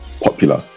popular